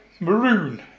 Maroon